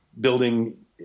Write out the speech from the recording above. building